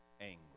angry